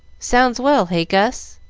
sounds well, hey, gus?